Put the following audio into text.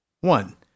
One